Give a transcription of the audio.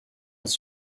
his